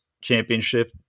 championship